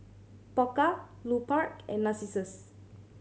Pokka Lupark and Narcissus